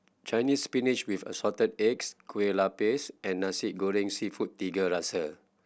Chinese Spinach with Assorted Eggs Kueh Lopes and Nasi Goreng Seafood Tiga Rasa